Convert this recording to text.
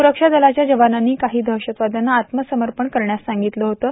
सुरक्षा दलाच्या जवानांनी काही दहशतवाद्यांना आत्मसमर्पण करण्यास सांगितलं होतं